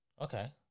Okay